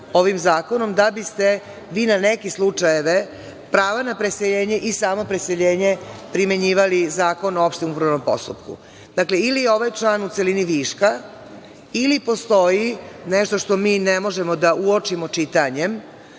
da biste vi na neke slučajeve prava na preseljenje i samo preseljenje primenjivali Zakon o opštem upravnom postupku. Dakle, ili je ovaj član u celini viška, ili postoji nešto što mi ne možemo da uočimo čitanjem,